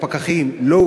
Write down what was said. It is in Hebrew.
אם כן,